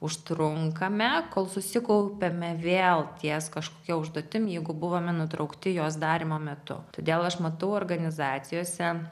užtrunkame kol susikaupiame vėl ties kažkokia užduotim jeigu buvome nutraukti jos darymo metu todėl aš matau organizacijose